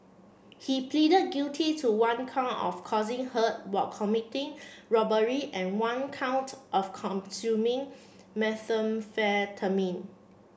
he pleaded guilty to one count of causing hurt while committing robbery and one count of consuming methamphetamine